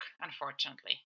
Unfortunately